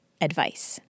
advice